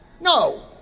No